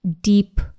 deep